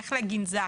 לך לגנזך,